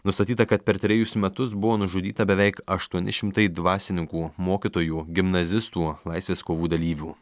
nustatyta kad per trejus metus buvo nužudyta beveik aštuoni šimtai dvasininkų mokytojų gimnazistų laisvės kovų dalyvių